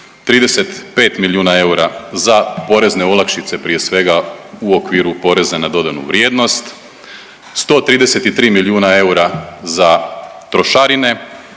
35 milijuna eura za porezne olakšice, prije svega u okviru PDV-a, 133 milijuna eura za trošarine,